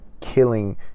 killing